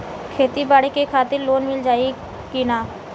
खेती बाडी के खातिर लोन मिल जाई किना?